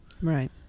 Right